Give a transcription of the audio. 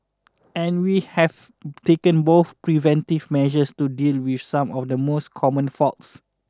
and we have taken both preventive measures to deal with some of the most common faults